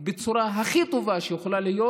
בצורה הכי טובה שיכולה להיות.